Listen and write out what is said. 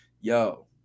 yo